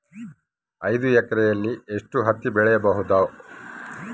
ಐದು ಎಕರೆಯಲ್ಲಿ ಎಷ್ಟು ಹತ್ತಿ ಬೆಳೆಯಬಹುದು?